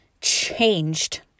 changed